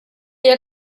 your